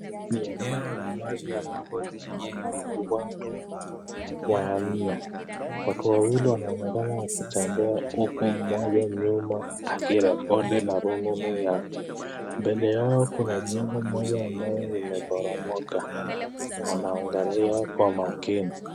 Ni eneo la wzi ambapo tunaona watu wanne. Watu wawili wanaonekana wakitembea huku mmoja nyuma akirekodi na rununu yake. Mbele yao kuna jengo moja ambayo imeporomoka wanaangalia kwa makini.